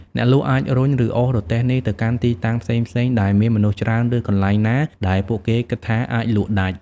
អ្នកលក់អាចរុញ ឬអូសរទេះនេះទៅកាន់ទីតាំងផ្សេងៗ ដែលមានមនុស្សច្រើន ឬកន្លែងណាដែលពួកគេគិតថាអាចលក់ដាច់។